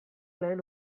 lehen